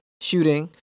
shooting